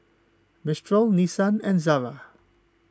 Mistral Nissan and Zara